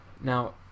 Now